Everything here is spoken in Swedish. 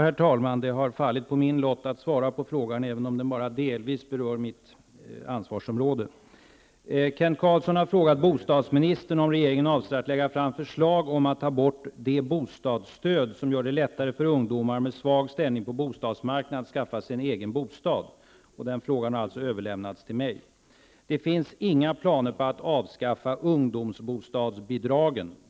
Herr talman! Det har fallit på min lott att svara på denna fråga, även om den bara delvis berör mitt ansvarsområde. Kent Carlsson har frågat bostadsministern om regeringen avser att lägga fram förslag om att ta bort de bostadsstöd som gör det lättare för ungdomar med svag ställning på bostadsmarknaden att skaffa sig en egen bostad. Frågan har alltså överlämnats till mig. Det finns inga planer på att avskaffa ungdomsbostadsbidragen.